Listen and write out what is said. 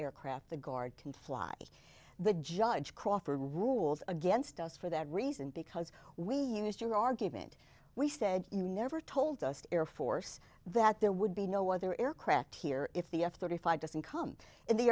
aircraft the guard can fly the judge crawford rules against us for that reason because we used your argument we said you never told us to air force that there would be no other aircraft here if the f thirty five doesn't come in the